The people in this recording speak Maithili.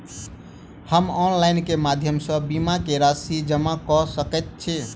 हम ऑनलाइन केँ माध्यम सँ बीमा केँ राशि जमा कऽ सकैत छी?